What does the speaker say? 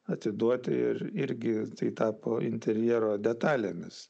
atiduoti ir irgi tai tapo interjero detalėmis